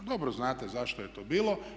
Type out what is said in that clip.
Dobro znate zašto je to bilo.